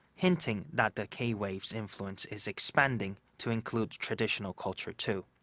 hinting that the k-wave's influence is expanding to include traditional culture too.